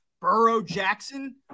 Burrow-Jackson